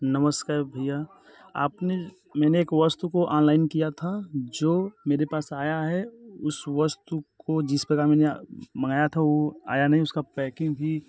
नमस्कार भैया आपने मैंने एक वस्तु को ऑनलाइन किया था जो मेरे पास आया है उस वस्तु को जिस प्रकार मैंने मंगाया था वो आया नहीं उसका पैकिंग भी